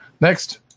Next